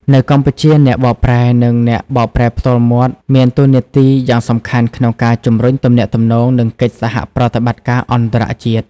នៅកម្ពុជា អ្នកបកប្រែ និងអ្នកបកប្រែផ្ទាល់មាត់មានតួនាទីយ៉ាងសំខាន់ក្នុងការជំរុញទំនាក់ទំនង និងកិច្ចសហប្រតិបត្តិការអន្តរជាតិ។